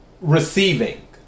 receiving